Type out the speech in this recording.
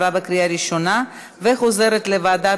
לוועדת